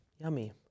Yummy